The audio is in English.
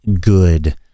good